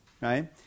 right